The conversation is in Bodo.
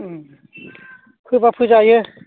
फोबा फोजायो